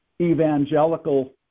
evangelical